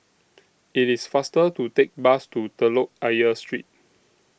IT IS faster to Take Bus to Telok Ayer Street